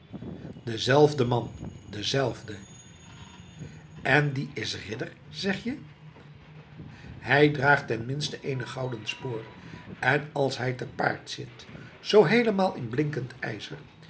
dezelfde man dezelfde en die is ridder zeg je hij draagt ten minste eene gouden spoor en als hij te paard zit zoo heelemaal in blinkend ijzer